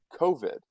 COVID